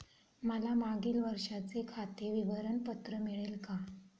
मला मागील वर्षाचे खाते विवरण पत्र मिळेल का?